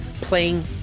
playing